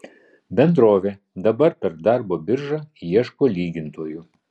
bendrovė dabar per darbo biržą ieško lygintojų